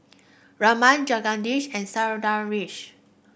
Raman Jagadish and Sundaresh